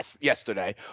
yesterday